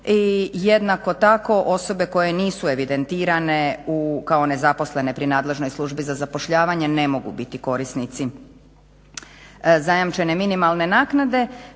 I jednako tako osobe koje nisu evidentirane kao nezaposlene pri nadležnoj službi za zapošljavanje ne mogu biti korisnici zajamčene minimalne naknade.